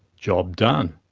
job done.